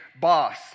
boss